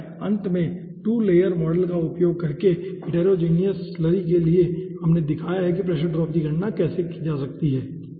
और अंत में टू लेयर मॉडल का उपयोग करके हिटेरोजीनियस स्लरी के लिए हमने दिखाया है कि प्रेशर ड्रॉप की गणना कैसे की जा सकती है ठीक है